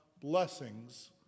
blessings